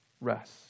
rest